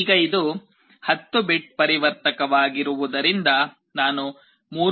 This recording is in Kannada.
ಈಗ ಇದು 10 ಬಿಟ್ ಪರಿವರ್ತಕವಾಗಿರುವುದರಿಂದ ನಾನು 3